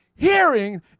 Hearing